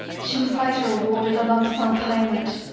she was later awarded a lump sum payment.